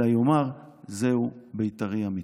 אלא יאמר: 'זהו בית"רי אמיתי!'."